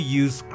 use